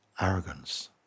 Arrogance